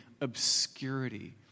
obscurity